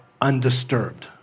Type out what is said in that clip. undisturbed